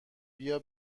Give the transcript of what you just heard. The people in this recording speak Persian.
بیا